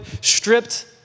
stripped